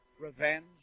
revenge